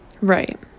Right